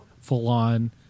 full-on